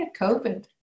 COVID